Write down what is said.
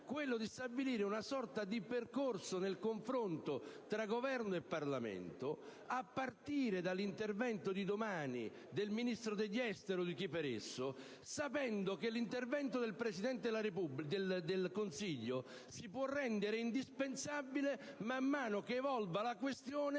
qualcosa di più: una sorta di percorso nel confronto tra Governo e Parlamento a partire dall'intervento di domani del Ministro degli esteri, o di chi per lui. Ciò, nella consapevolezza che l'intervento del Presidente del Consiglio si può rendere indispensabile man mano che evolva la situazione,